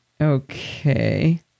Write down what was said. Okay